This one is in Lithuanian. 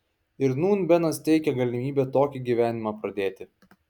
ir nūn benas teikia galimybę tokį gyvenimą pradėti